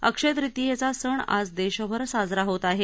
अक्षय तृतीयाचा सण आज देशभर साजरा होत आहे